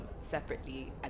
separately